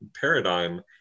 paradigm